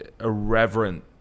irreverent